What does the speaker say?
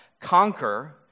conquer